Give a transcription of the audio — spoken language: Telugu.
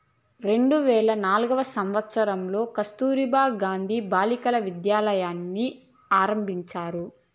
రెండు వేల నాల్గవ సంవచ్చరంలో కస్తుర్బా గాంధీ బాలికా విద్యాలయని ఆరంభించారు